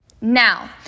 Now